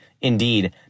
Indeed